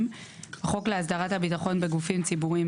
27. בחוק להסדרת הביטחון בגופים ציבוריים,